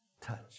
touch